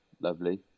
lovely